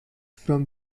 from